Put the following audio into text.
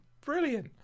brilliant